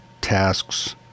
tasks